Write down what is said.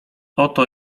oto